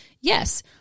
yes